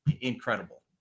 incredible